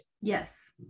yes